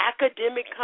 academic